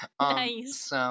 Nice